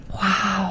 Wow